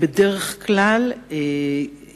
אלא